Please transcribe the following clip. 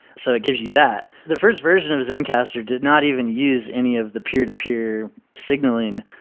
so it gives you that. the first version of zencastr did not even use any of the peer-to-peer signal in.